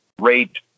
rate